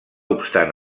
obstant